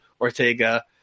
Ortega